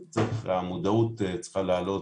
והמודעות צריכה לעלות,